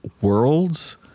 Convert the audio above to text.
worlds